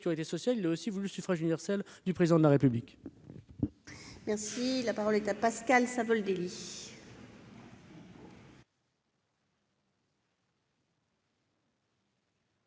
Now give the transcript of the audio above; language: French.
il a aussi voulu le suffrage universel du Président de la République ! La parole est à M. Pascal Savoldelli,